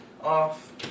off